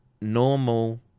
normal